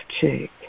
cheek